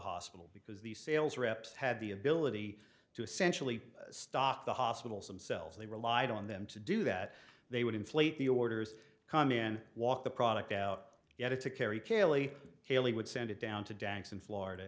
hospital because the sales reps had the ability to essentially stock the hospitals themselves they relied on them to do that they would inflate the orders come in walk the product out get it to carry caylee caylee would send it down to dance in florida